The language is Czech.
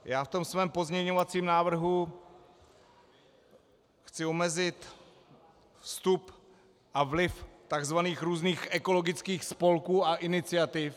Já ve svém pozměňovacím návrhu chci omezit vstup a vliv takzvaných různých ekologických spolků a iniciativ.